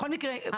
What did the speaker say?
בכל מקרה, אוקיי.